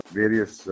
various